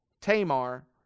Tamar